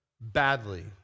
badly